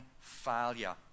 failure